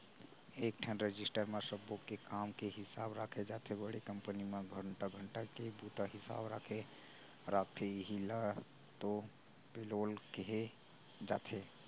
एकठन रजिस्टर म सब्बो के काम के हिसाब राखे जाथे बड़े कंपनी म घंटा घंटा के बूता हिसाब राखथे इहीं ल तो पेलोल केहे जाथे